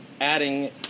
adding